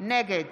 נגד